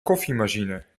koffiemachine